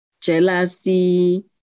jealousy